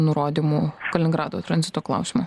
nurodymų kaliningrado tranzito klausimu